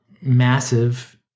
massive